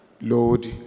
Lord